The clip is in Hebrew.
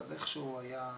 אז איכשהו הייתה